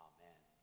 Amen